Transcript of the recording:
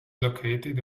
located